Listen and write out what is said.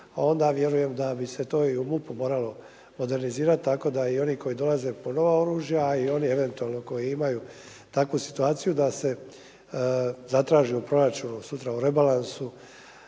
onda vjerujem da bi se to i u MUP-u moralo modernizirati tako da i oni koji dolaze po nova oružja, a i oni eventualno koji imaju takvu situaciju da se zatraži u proračunu, sutra u rebalansu